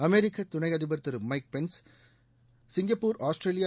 அமெரிக்க துணை அதிபர் திரு மைக் பென்ஸ் சிங்கப்பூர் ஆஸ்திரேலியா